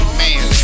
man